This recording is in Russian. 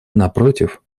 напротив